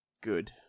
Good